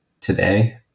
today